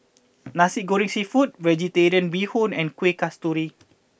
Nasi Goreng Seafood Vegetarian Bee Hoon and Kuih Kasturi